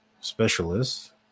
specialist